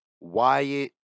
Wyatt